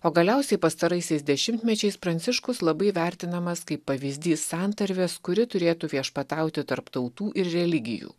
o galiausiai pastaraisiais dešimtmečiais pranciškus labai vertinamas kaip pavyzdys santarvės kuri turėtų viešpatauti tarp tautų ir religijų